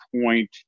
point